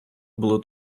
було